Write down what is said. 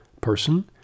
person